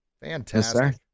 Fantastic